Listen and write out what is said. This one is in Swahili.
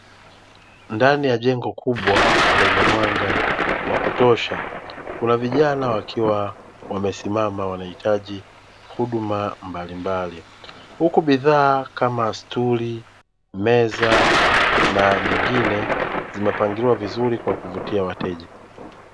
Ndani ya jengo kubwa lenye mwanga wa kutosha kunavijana wakiwa wamesimama wanahitaji huduma mbalimbali, huku bidhaa kama stuli, meza na nyingine zimepangiliwa vizuri kwa kuvutia wateja.